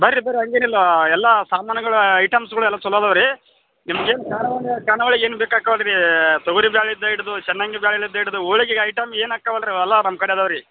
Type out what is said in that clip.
ಬನ್ರಿ ಬರ್ರಿ ಹಾಗೇನಿಲ್ಲ ಎಲ್ಲ ಸಾಮಾನುಗಳು ಐಟಮ್ಸ್ಗಳೆಲ್ಲ ಚೊಲೋ ಇದಾವ್ ರೀ ನಿಮ್ಗೇನು ಖಾನಾವಳಿ ಖಾನಾವಳಿಗೆ ಏನು ಬೇಕಾಕ್ತವಲ್ರೀ ತೊಗರಿ ಬೇಳೆಯಿಂದ ಹಿಡಿದು ಚನ್ನಂಗಿ ಬೇಳೆಯಿಂದ ಹಿಡಿದು ಹೋಳಿಗೆಗೆ ಐಟಮ್ ಏನು ಹಾಕ್ತಾವಲ್ಲ ರೀ ಅವೆಲ್ಲ ನಮ್ಮ ಕಡೆ ಇದಾವ್ ರೀ